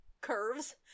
curves